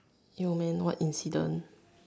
yo man what incident